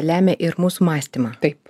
lemia ir mūsų mąstymą taip